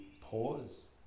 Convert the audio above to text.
pause